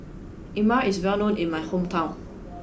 lemang is well known in my hometown